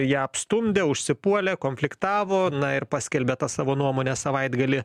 ją apstumdė užsipuolė konfliktavo na ir paskelbė tą savo nuomonę savaitgalį